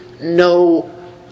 no